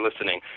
listening